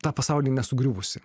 tą pasaulį nesugriuvusi